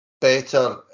better